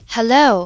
Hello